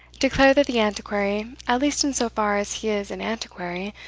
declared that the antiquary, at least in so far as he is an antiquary,